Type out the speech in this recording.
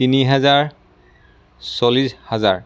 তিনি হেজাৰ চল্লিছ হাজাৰ